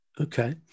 Okay